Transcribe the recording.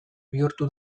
bihurtu